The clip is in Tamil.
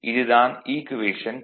இது தான் ஈக்குவேஷன் 28